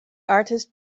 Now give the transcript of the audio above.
artist